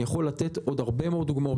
אני יכול להציג עוד הרבה מאוד דוגמאות,